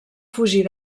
fugir